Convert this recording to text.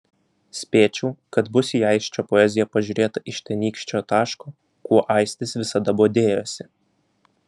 spėčiau kad bus į aisčio poeziją pažiūrėta iš tenykščio taško kuo aistis visada bodėjosi